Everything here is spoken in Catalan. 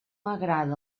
agrada